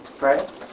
right